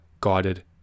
guided